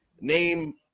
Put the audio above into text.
name